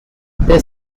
they